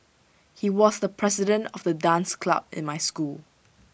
he was the president of the dance club in my school